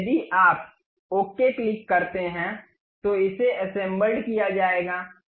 अब यदि आप ओके क्लिक करते हैं तो इसे असेंबल्ड किया जाएगा